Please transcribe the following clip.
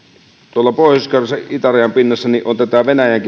tuolla pohjois karjalassa itärajan pinnassa venäjän